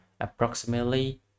approximately